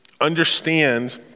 understand